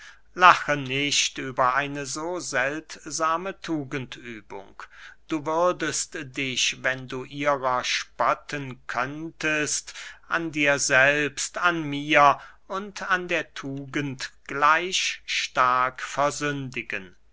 lache nicht über eine so seltsame tugendübung du würdest dich wenn du ihrer spotten könntest an dir selbst an mir und an der tugend gleich stark versündigen